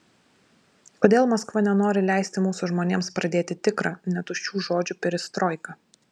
kodėl maskva nenori leisti mūsų žmonėms pradėti tikrą ne tuščių žodžių perestroiką